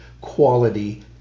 quality